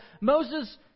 Moses